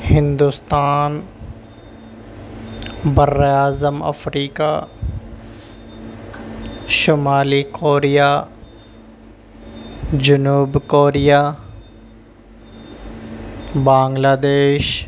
ہندوستان بر اعظم افریقہ شمالی کوریا جنوب کوریا بانگلہ دیش